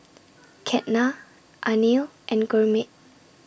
Ketna Anil and Gurmeet